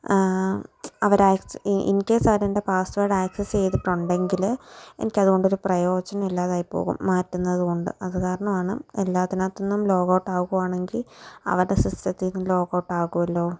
അവരയച്ച ഇ ഇൻകേയ്സ് അവരെന്റെ password access ചെയ്തിട്ടുണ്ടെങ്കിൽ എനിക്കതു കൊണ്ടൊരു പ്രയോജനമില്ലാതായിപ്പോകും മാറ്റുന്നതു കൊണ്ട് അതുകാരണമാണ് എല്ലാറ്റിനകത്തു നിന്നും ലോഗ് ഔട്ട് ആകുകയാണെങ്കിൽ അവരുടെ സിസ്റ്റത്തിൽ നിന്നും ലോഗ് ഔട്ട് ആകുമല്ലോ